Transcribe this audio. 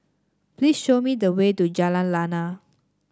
please show me the way to Jalan Lana